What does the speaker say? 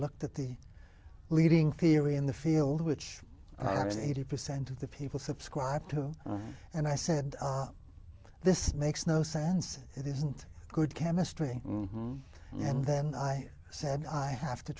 looked at the leading theory in the field which i thought was eighty percent of the people subscribe to and i said this makes no sense it isn't good chemistry and then i said i have to